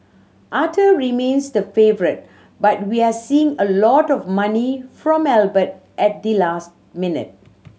Arthur remains the favourite but we're seeing a lot of money from Albert at the last minute